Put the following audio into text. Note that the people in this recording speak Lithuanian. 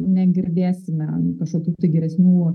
negirdėsime kažkokių tai geresnių